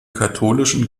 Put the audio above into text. katholischen